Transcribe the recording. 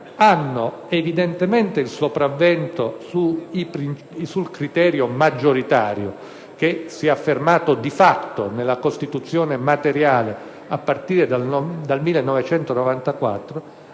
hanno evidentemente il sopravvento sul criterio maggioritario che si è affermato, di fatto, nella Costituzione materiale a partire dal 1994,